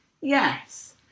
Yes